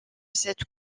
cette